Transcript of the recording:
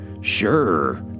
sure